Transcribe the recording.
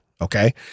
okay